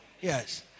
Yes